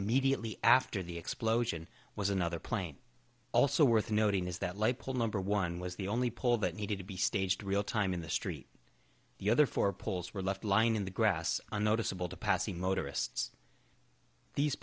immediately after the explosion was another plane also worth noting is that light pole number one was the only poll that needed to be staged real time in the street the other four poles were left line in the grass a noticeable to passing motorists these